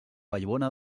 vallbona